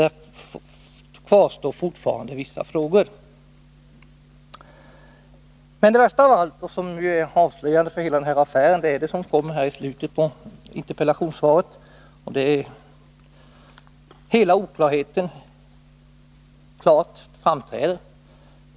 Fortfarande kvarstår således vissa frågetecken. Det värsta av allt, och det som är mest avslöjande för hela den här affären, kommer längre fram i interpellationssvaret, där hela oklarheten framträder.